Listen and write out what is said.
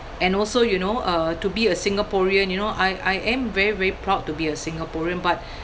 and also you know uh to be a singaporean you know I I am very very proud to be a singaporean but